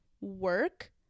work